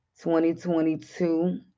2022